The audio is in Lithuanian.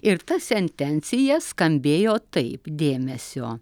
ir ta sentencija skambėjo taip dėmesio